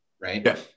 Right